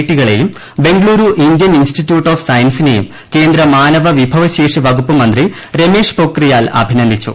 ടികളേയും Bengaluru Indian Institute of സയൻസിനെയും കേന്ദ്ര മാനവ വിഭവശേഷി വകുപ്പ് മന്ത്രി രമേഷ് പൊഖ്രിയാൽ അഭിനന്ദിച്ചു